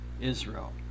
Israel